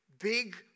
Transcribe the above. Big